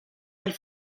del